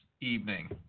evening